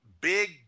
big